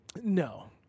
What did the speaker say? No